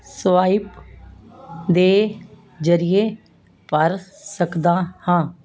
swipe ਦੇ ਜ਼ਰੀਏ ਭਰ ਸਕਦਾ ਹਾਂ